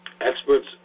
Experts